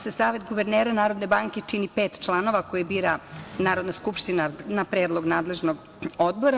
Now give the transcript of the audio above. Savet guvernera Narodne banke čini pet članova koji bira Narodna skupština na predlog nadležnog odbora.